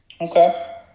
Okay